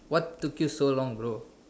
what took you so long bro